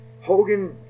Hogan